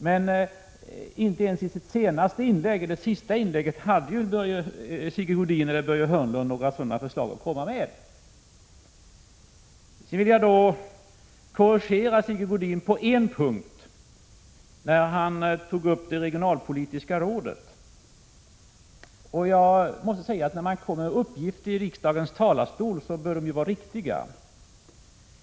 Men inte ens i sina sista inlägg hade ju Sigge Godin eller Börje Hörnlund några sådana förslag att komma med. Sedan vill jag korrigera Sigge Godin på en punkt, nämligen den där han tog upp det regionalpolitiska rådet. De uppgifter som man lämnar från riksdagens talarstol bör vara riktiga.